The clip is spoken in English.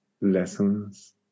lessons